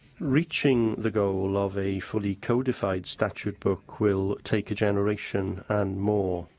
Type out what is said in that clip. reaching the goal of a fully codified statute book will take a generation and more.